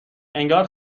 انگار